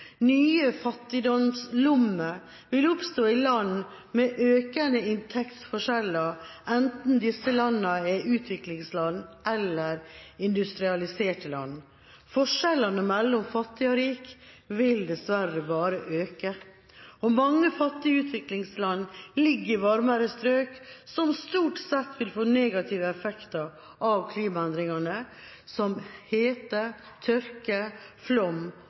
Nye «fattigdomslommer» vil oppstå i land med økende inntektsforskjeller, enten disse landene er utviklingsland eller industrialiserte land. Forskjellene mellom fattig og rik vil dessverre bare øke. Mange fattige utviklingsland ligger i varmere strøk som stort sett vil få negative effekter av klimaendringene, som hete, tørke, flom